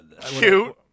Cute